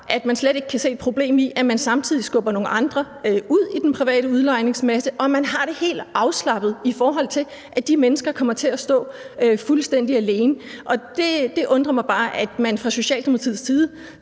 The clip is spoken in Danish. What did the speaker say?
at man slet ikke kan se et problem i, at man samtidig skubber nogle andre ud i den private udlejningsmasse, og at man har det helt afslappet med, at de mennesker kommer til at stå fuldstændig alene. Det undrer mig bare, at man fra Socialdemokratiets side